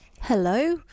Hello